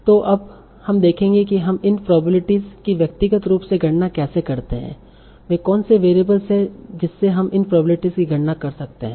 तो अब हम देखेंगे कि हम इन प्रोबब्लिटीस कि व्यक्तिगत रूप से गणना कैसे करते हैं वे कौन से वेरिएबल्स हैं जिससे हम इन प्रोबब्लिटीस की गणना कर सकते हैं